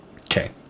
Okay